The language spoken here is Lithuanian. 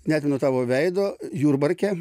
neatmenu tavo veido jurbarke